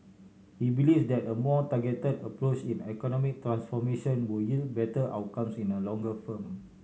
he believes that a more targeted approach in economic transformation would yield better outcomes in the longer form